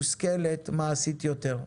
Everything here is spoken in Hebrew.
מושכלת ומעשית יותר.